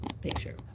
picture